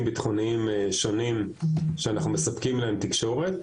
ביטחוניים שונים שאנחנו מספקים להם תקשורת.